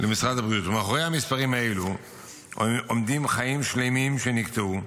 מאחורי המספרים האלו עומדים חיים שלמים שנקטעו,